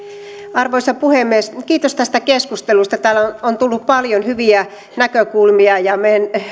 arvoisa puhemies kiitos tästä keskustelusta täällä on tullut paljon hyviä näkökulmia ja meidän